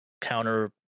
counter